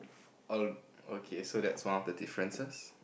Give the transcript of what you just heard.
oh okay so that's the amount of differences